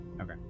okay